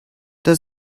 does